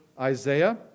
Isaiah